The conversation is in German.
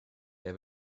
wer